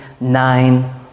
nine